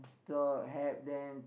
to all help them